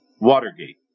Watergate